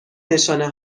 نشانه